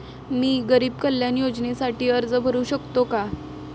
मी गरीब कल्याण योजनेसाठी अर्ज भरू शकतो का?